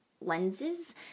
lenses